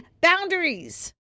boundaries